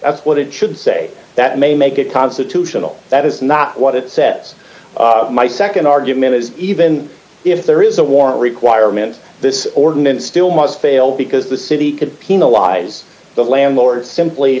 that's what it should say that may make it constitutional that is not what it says my nd argument is even if there is a warrant requirement this ordinance still must fail because the city could penalize the landlord d simply